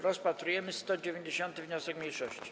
Rozpatrujemy 190. wniosek mniejszości.